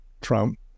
Trump